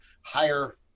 higher